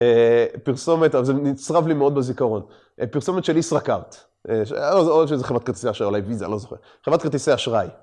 פרסומת, זה נצרב לי מאוד בזיכרון, פרסומת של ישראכרט. או איזו חברת כרטיסי אשראי, אולי ויזה, לא זוכר. חברת כרטיסי אשראי.